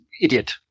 idiot